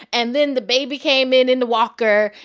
and then the baby came in in the walker.